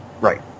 Right